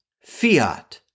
Fiat